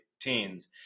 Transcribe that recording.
teens